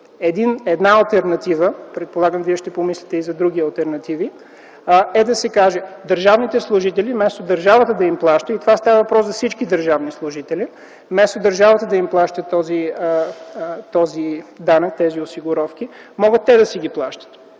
Една алтернатива, предполагам, че вие ще помислите и за други алтернативи, е да се каже: на държавните служители вместо държавата да им плаща, тук става въпрос за всички държавни служители, вместо държавата да им плаща този данък, тези осигуровки, могат те да си ги плащат.